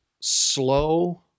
slow